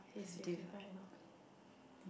he's fifty five lor